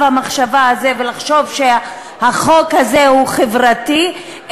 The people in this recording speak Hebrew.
המחשבה הזה ולחשוב שהחוק הזה הוא חברתי,